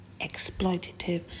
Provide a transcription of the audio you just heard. exploitative